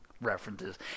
references